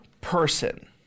person